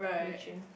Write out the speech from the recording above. Wei Chuen